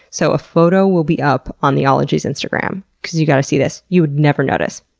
so, a photo will be up on the ologies instagram because you gotta see this. you would never notice.